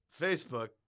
Facebook